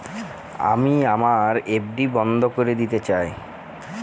আমি আমার এফ.ডি বন্ধ করে দিতে চাই